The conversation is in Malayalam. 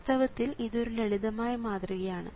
വാസ്തവത്തിൽ ഇതൊരു ലളിതമായ മാതൃകയാണ്